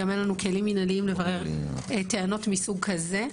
גם אין לנו כלים מנהליים לברר טענות מסוג כזה.